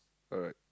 alright